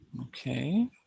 Okay